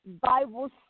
Bible